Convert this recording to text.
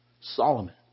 Solomon